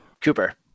Cooper